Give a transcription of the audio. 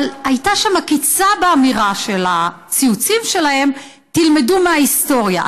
אבל הייתה שם עקיצה באמירה של הציוצים שלהם: תלמדו מההיסטוריה.